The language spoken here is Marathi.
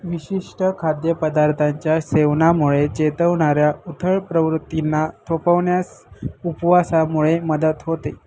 विशिष्ट खाद्यपदार्थांच्या सेवनामुळे चेतवणाऱ्या उथळ प्रवृत्तींना थोपवण्यास उपवासामुळे मदत होते